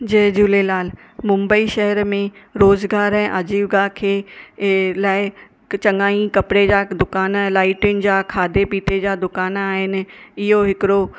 जय झूलेलाल मुंबई शहरु में रोज़गार ऐं अजीविका खे ऐं लाइ चङा ई कपिड़ा जा दुकान लाइटिंग जा खाधे पीते जा दुकान आहिनि इहो हिकिड़ो